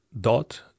dot